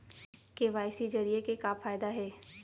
KYC जरिए के का फायदा हे?